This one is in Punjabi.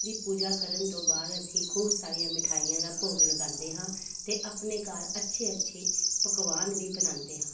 ਦੀ ਪੂਜਾ ਕਰਨ ਤੋਂ ਬਾਅਦ ਅਸੀਂ ਖੂਬ ਸਾਰੀਆਂ ਮਿਠਾਈਆਂ ਦਾ ਭੋਗਉਂਦੇ ਹਾਂ ਅਤੇ ਆਪਣੇ ਘਰ ਅੱਛੇ ਅੱਛੇ ਪਕਵਾਨ ਵੀ ਬਣਾਉਂਦੇ ਹਾਂ